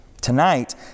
Tonight